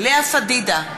לאה פדידה,